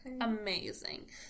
Amazing